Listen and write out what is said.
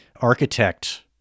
architect